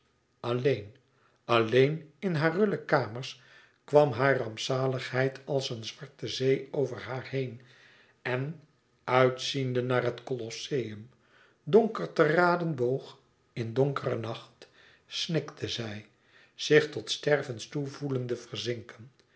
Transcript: alleen alleen in haar rulle kamers kwam hare rampzaligheid als een zwarte zee over haar heen en uitziende naar het colosseum donker te raden boog in donkeren nacht snikte zij zich tot stervens toe voelende verzinken